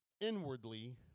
inwardly